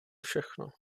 všechno